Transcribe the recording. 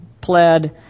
pled